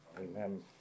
Amen